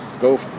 go